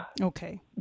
Okay